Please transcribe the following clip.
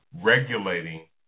regulating